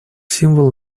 символ